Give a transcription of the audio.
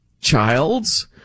childs